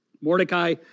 Mordecai